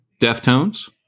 Deftones